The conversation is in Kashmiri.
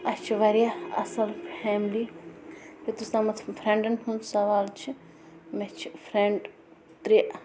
اَسہِ چھِ وارِیاہ اَصٕل فیملی یوٚتس تَامَتھ فرٮ۪نٛڈن ہُنٛد سَوال چھُ مےٚ چھِ فرٮ۪نٛڈ ترٛےٚ